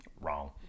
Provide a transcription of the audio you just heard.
Wrong